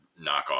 knockoff